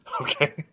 Okay